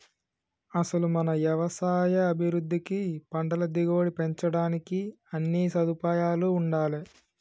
అసలు మన యవసాయ అభివృద్ధికి పంటల దిగుబడి పెంచడానికి అన్నీ సదుపాయాలూ ఉండాలే